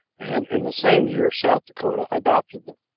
and in the same year south dakota adopted them.